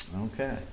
Okay